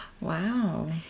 Wow